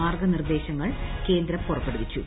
മാർഗ്ഗനിർദ്ദേശങ്ങൾ കേന്ദ്രം പുറപ്പെടുവിച്ചു